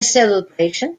celebration